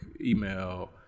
email